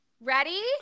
Ready